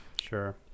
sure